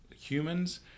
humans